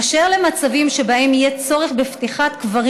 אשר למצבים שבהם יהיה צורך בפתיחת קברים